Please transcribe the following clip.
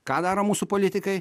ką daro mūsų politikai